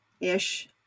ish